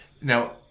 now